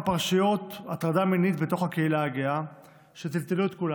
פרשיות הטרדה מינית בתוך הקהילה הגאה שטלטלו את כולנו.